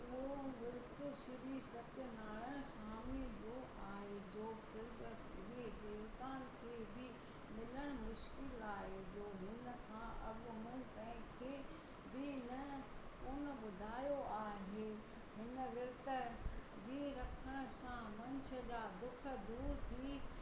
उहो विर्त श्री सत्यनारायण स्वामीअ जो आहे जो सुर्ॻ जे देवाताउनि खे बि मिलणु मुश्किल आहे जो हिन खां अॻु मूं कंहिंखे बि न कोन ॿुधायो आहे हिन विर्त जे रखण सां मनुष्य जा दुख दूरि थी